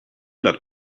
luck